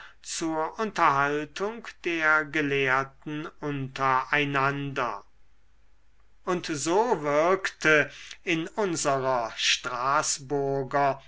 zur unterhaltung der gelehrten untereinander und so wirkte in unserer straßburger